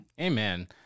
Amen